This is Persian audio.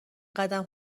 قدم